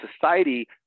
society